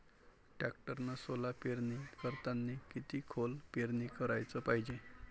टॅक्टरनं सोला पेरनी करतांनी किती खोल पेरनी कराच पायजे?